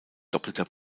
doppelter